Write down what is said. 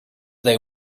they